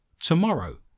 tomorrow